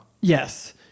Yes